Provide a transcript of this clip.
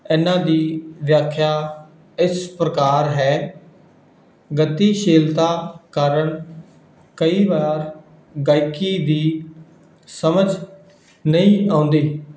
ਇਹਨਾਂ ਦੀ ਵਿਆਖਿਆ ਇਸ ਪ੍ਰਕਾਰ ਹੈ ਗਤੀਸ਼ੀਲਤਾ ਕਾਰਨ ਕਈ ਵਾਰ ਗਾਇਕੀ ਦੀ ਸਮਝ ਨਹੀਂ ਆਉਂਦੀ